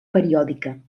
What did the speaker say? periòdica